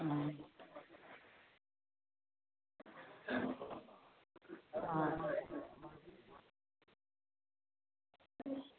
অঁ অঁ